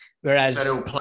Whereas